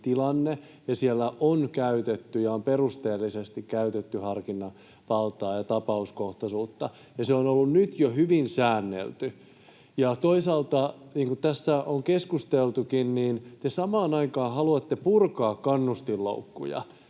Siellä on käytetty ja on perusteellisesti käytetty harkintavaltaa ja tapauskohtaisuutta, ja se on ollut nyt jo hyvin säänneltyä. Toisaalta, niin kuin tässä on keskusteltukin, te samaan aikaan haluatte purkaa kannustinloukkuja